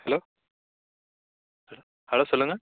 hello hello சொல்லுங்கள்